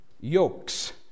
yokes